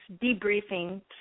debriefing